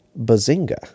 Bazinga